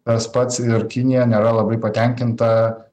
tas pats ir kinija nėra labai patenkinta